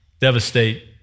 devastate